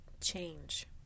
change